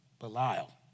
Belial